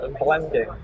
blending